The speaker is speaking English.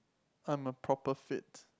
I'm a proper fit